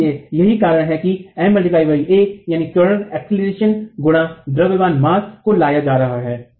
इसलिए यही कारण है कि M x a त्वरण गुणा द्रव्यमान को लाया जा रहा है